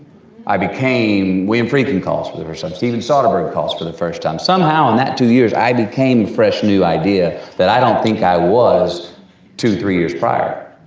i became william friedkin calls for the first time. stephen soderbergh calls for the first time. somehow in that two years i became a fresh, new idea that i don't think i was two to three years prior.